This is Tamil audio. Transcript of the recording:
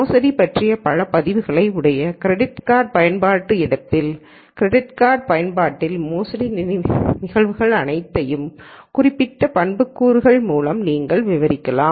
மோசடி பற்றிய பல பதிவுகளை உடைய கிரெடிட் கார்டு பயன்பாடு இடத்தில் கிரெடிட் கார்டு பயன்பாட்டின் மோசடி நிகழ்வுகள் அனைத்தையும் குறிப்பிட்ட பண்புக்கூறு மூலம் நீங்கள் விவரிக்கலாம்